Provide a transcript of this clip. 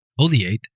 oleate